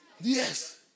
Yes